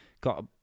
got